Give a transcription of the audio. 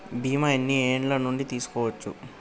బీమా ఎన్ని ఏండ్ల నుండి తీసుకోవచ్చు?